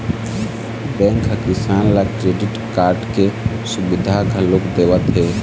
bank ह किसान ल क्रेडिट कारड के सुबिधा घलोक देवत हे